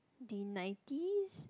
the nineties